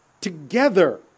together